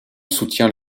soutient